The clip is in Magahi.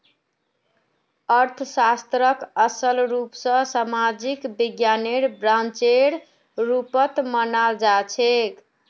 अर्थशास्त्रक असल रूप स सामाजिक विज्ञानेर ब्रांचेर रुपत मनाल जाछेक